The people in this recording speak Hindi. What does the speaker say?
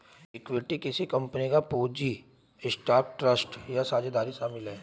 इक्विटी किसी कंपनी का पूंजी स्टॉक ट्रस्ट या साझेदारी शामिल है